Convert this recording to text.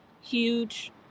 huge